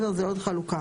זה עוד חלוקה.